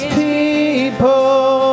people